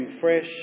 fresh